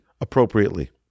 appropriately